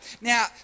now